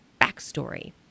backstory